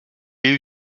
est